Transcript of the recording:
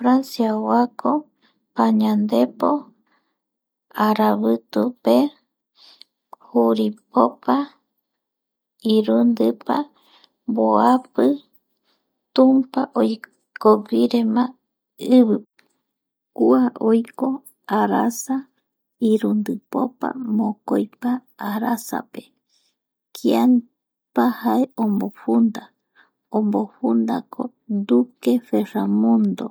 Francia oako pañandepo aravitupe juripopa irundipa mboapi Tumpa oikoguirema ivipe kua oiko arasa irundipopa mokoipa arasape, kiapa jae omofunda omofundako Duque Ferramundo